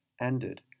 ended